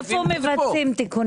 איפה מבצעים תיקונים?